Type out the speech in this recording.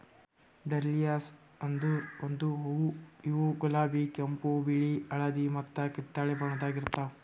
dahlias ಅಂದುರ್ ಒಂದು ಹೂವು ಇವು ಗುಲಾಬಿ, ಕೆಂಪು, ಬಿಳಿ, ಹಳದಿ ಮತ್ತ ಕಿತ್ತಳೆ ಬಣ್ಣದಾಗ್ ಇರ್ತಾವ್